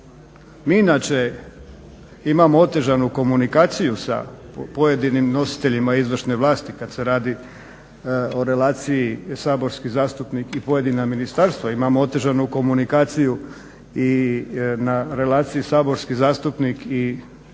Mi inače imamo otežanu komunikaciju sa pojedinim nositeljima izvršne vlasti kad se radi o relaciji saborski zastupnik i pojedina ministarstva,